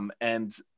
And-